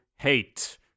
hate